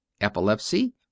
epilepsy